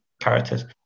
characters